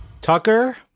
Tucker